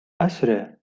أسرِع